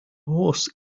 horse